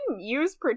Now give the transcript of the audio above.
use